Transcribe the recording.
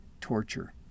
torture